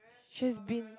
she has been